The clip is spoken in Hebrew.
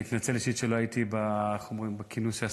אני מתנצל אישית שלא הייתי בכינוס שעשית,